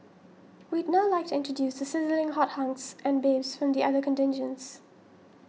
we'd now like to introduce the sizzling hot hunks and babes from the other contingents